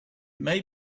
may